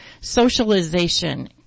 socialization